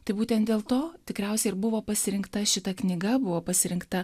tai būtent dėl to tikriausiai ir buvo pasirinkta šita knyga buvo pasirinkta